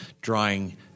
drawing